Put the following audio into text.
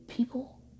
people